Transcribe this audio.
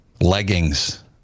Leggings